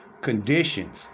conditions